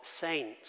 saints